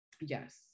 yes